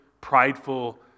prideful